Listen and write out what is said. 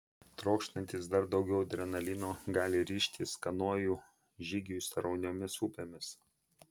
trokštantys dar daugiau adrenalino gali ryžtis kanojų žygiui srauniomis upėmis